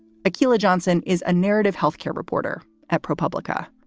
akeela johnson is a narrative health care reporter at propublica.